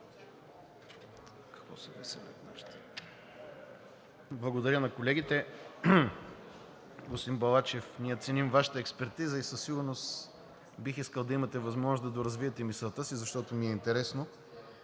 Благодаря на колегите! Господин Балачев, ние ценим Вашата експертиза и със сигурност бих искал да имате възможност да доразвиете мисълта си, защото ни е интересно.